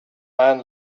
man